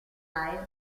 that